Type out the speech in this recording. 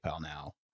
now